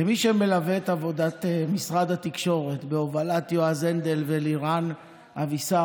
כמי שמלווה את עבודת משרד התקשורת בהובלת יועז הנדל ולירן אבישר,